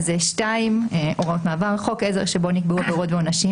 "תשריר 2. חוק עזר שבו נקבעו עבירות ועונשים,